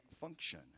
function